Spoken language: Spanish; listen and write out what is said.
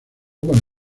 con